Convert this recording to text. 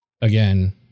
Again